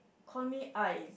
call me Ais